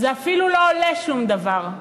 זה אפילו לא עולה שום דבר.